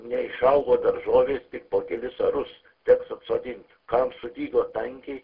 neišaugo daržovės tik po kelis arus teks atsodint kam sudygo tankiai